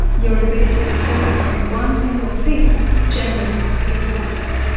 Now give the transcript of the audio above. your ability to focus on one single thing generally is reduced.